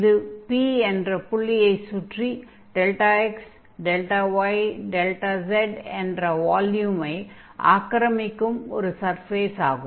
இது P என்ற புள்ளியைச் சுற்றி δx δy δz என்ற வால்யூமை ஆக்கிரமிக்கும் ஒரு சர்ஃபேஸ் ஆகும்